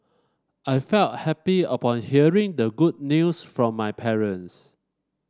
I felt happy upon hearing the good news from my parents